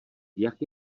jak